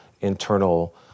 internal